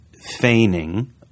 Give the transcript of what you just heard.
feigning